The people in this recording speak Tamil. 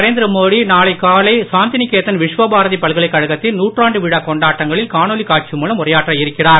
நரேந்திரமோடிநாளைக்காலை சாந்திநிகேதன்விஸ்வபாரதிபல்கலைக்கழகத்தின்நூற்றாண்டுவிழாகொண் டாட்டங்களில்காணொளிகாட்சிமூலம்உரையாற்றஇருக்கிறார்